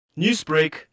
Newsbreak